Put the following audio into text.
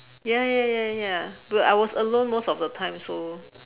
ya ya ya ya but I was alone most of the time so